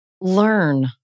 learn